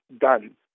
done